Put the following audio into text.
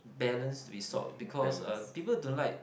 balance resort because uh people don't like